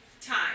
time